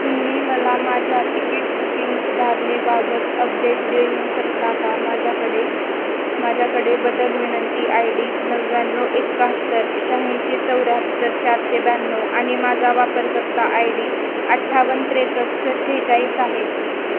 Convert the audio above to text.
तुम्ही मला माझ्या तिकीट बुकिंग सुधारणेबाबत अपडेट देऊ शकता का माझ्याकडे माझ्याकडे बदल विनंती आय डी नव्याण्णव एकाहत्तर शहाऐंशी चौऱ्याहत्तर चारशे ब्याण्णव आणि माझा वापरकर्ता आय डी अठ्ठावन्न त्रेसष्ट सेहेचाळीस आहे